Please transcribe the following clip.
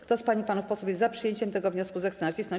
Kto z pań i panów posłów jest za przyjęciem tego wniosku, zechce nacisnąć